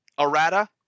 Errata